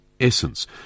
essence